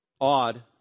odd